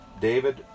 David